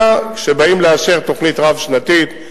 אלא כשבאים לאשר תוכנית רב-שנתית,